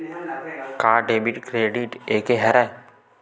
का debit credit एके हरय?